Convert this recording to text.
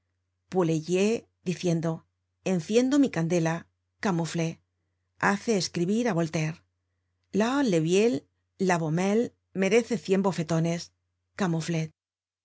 poulaillier diciendo enciendo mi candela camouflet hace escribir á voltaire laxo leviel la beaumelle merece cien bofetones